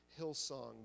Hillsong